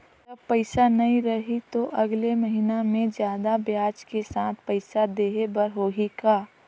जब पइसा नहीं रही तो अगले महीना मे जादा ब्याज के साथ पइसा देहे बर होहि का?